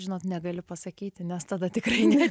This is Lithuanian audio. žinot negaliu pasakyti nes tada tikrai ne